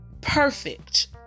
perfect